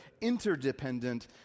interdependent